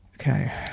Okay